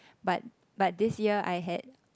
but but this year I had